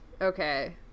Okay